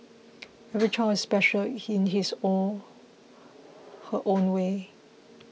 every child is special in his or her own way